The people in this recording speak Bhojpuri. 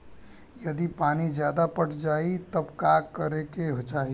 यदि पानी ज्यादा पट जायी तब का करे के चाही?